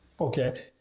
Okay